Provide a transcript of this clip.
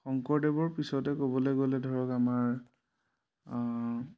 শংকৰদেৱৰ পিছতে ক'বলৈ গ'লে ধৰক আমাৰ